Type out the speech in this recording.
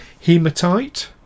hematite